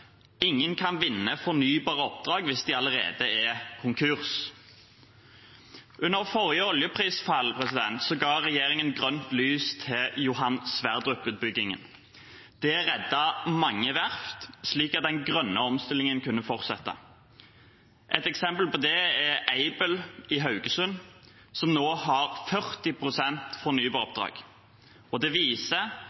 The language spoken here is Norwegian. Ingen kan vinne fornybaroppdrag hvis de allerede er konkurs. Under forrige oljeprisfall ga regjeringen grønt lys til Johan Sverdrup-utbyggingen. Det reddet mange verft, slik at den grønne omstillingen kunne fortsette. Et eksempel på det er Aibel i Haugesund, som nå har